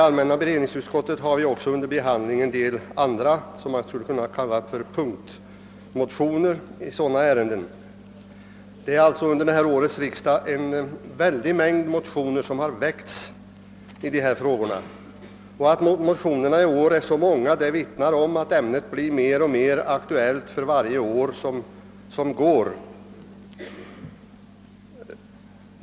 Allmänna beredningsutskottet har också under behandling en del andra, som man skulle kunna kalla punktmotioner i så dana ärenden. Under detta års riksdag har alltså en stor mängd motioner väckts i dessa frågor. Att motionerna i år är så många vittnar om att ämnet blir mer och mer aktuellt för varje år som går.